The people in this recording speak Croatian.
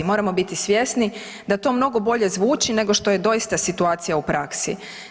Moramo biti svjesni da to mnogo bolje zvuči nego što je doista situacija u praksi.